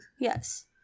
Yes